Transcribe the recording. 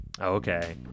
Okay